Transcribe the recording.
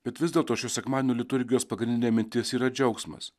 bet vis dėlto šio sekmadienio liturgijos pagrindinė mintis yra džiaugsmas